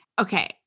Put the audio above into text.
okay